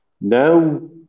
now